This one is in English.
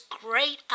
great